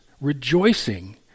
rejoicing